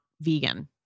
vegan